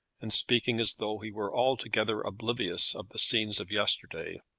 and speaking as though he were altogether oblivious of the scenes of yesterday.